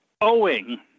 owing